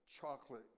chocolate